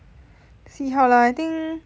see how lah I think